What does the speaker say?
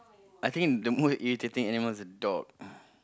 I think the most irritating animal is a dog